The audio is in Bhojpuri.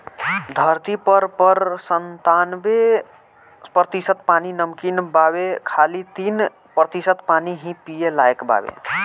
धरती पर पर संतानबे प्रतिशत पानी नमकीन बावे खाली तीन प्रतिशत पानी ही पिए लायक बावे